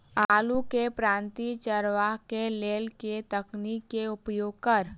आलु केँ पांति चरावह केँ लेल केँ तकनीक केँ उपयोग करऽ?